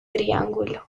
triángulo